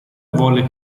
volle